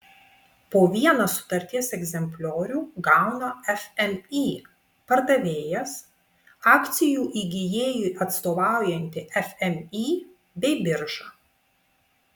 po vieną sutarties egzempliorių gauna fmį pardavėjas akcijų įgijėjui atstovaujanti fmį bei birža